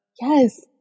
Yes